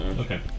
okay